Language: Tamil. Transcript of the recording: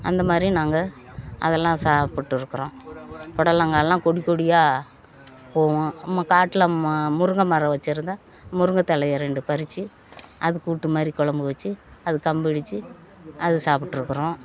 அந்தமாதிரி நாங்கள் அதெலாம் சாப்பிட்டு இருக்கிறோம் புடலங்காலாம் கொடிகொடியாக போகும் நம்ம காட்டில முருங்கைமரம் வச்சிருந்தால் முருங்கத்தலைய ரெண்டு பறித்து அது கூட்டுமாதிரி கொழம்பு வச்சு அது கம்பு இடித்து அது சாப்பிட்டுருக்குறோம்